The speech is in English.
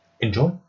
Enjoy